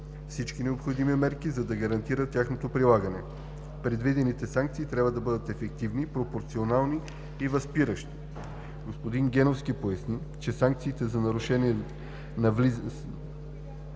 всички необходими мерки, за да гарантират тяхното прилагане. Предвидените санкции трябва да бъдат ефективни, пропорционални и възпиращи. Господин Геновски поясни, че санкциите за нарушения на влезлите